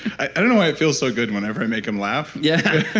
i don't know why it feels so good whenever i make him laugh yeah.